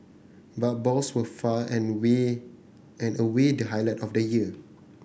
but balls were far and way and away the highlight of the year